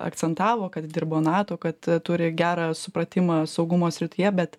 akcentavo kad dirbo nato kad turi gerą supratimą saugumo srityje bet